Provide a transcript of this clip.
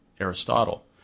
Aristotle